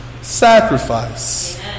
sacrifice